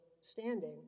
standing